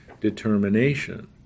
determination